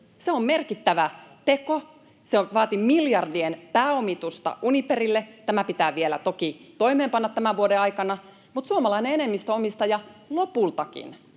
Se on merkittävä teko. Se vaati miljardien pääomitusta Uniperille — tämä pitää toki vielä toimeenpanna tämän vuoden aikana — mutta suomalainen enemmistöomistaja lopultakin